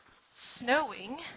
snowing